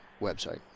website